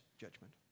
judgment